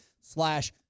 slash